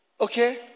Okay